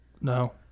No